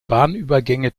bahnübergänge